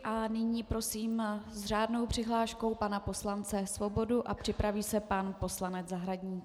A nyní prosím s řádnou přihláškou pana poslance Svobodu a připraví se pan poslanec Zahradník.